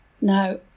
Now